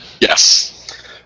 Yes